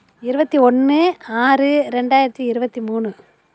இருபத்தி ஒன்று ஆறு ரெண்டாயிரத்து இருபத்தி மூணு